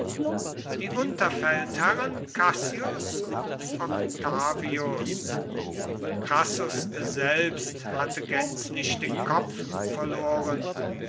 die unterfeldherren cassius und octavius crassus selbst hatte gänzlich den kopf verloren